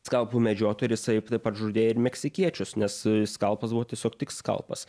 skalpų medžiotojų ir jisai taip pat žudė ir meksikiečius nes skalpas buvo tiesiog tik skalpas